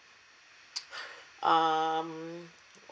um